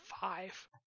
five